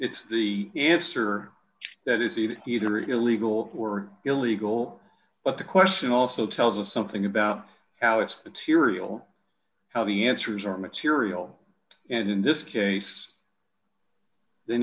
it's the answer that is either illegal or illegal but the question also tells us something about alex material how the answers are material and in this case they